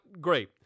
great